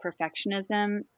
perfectionism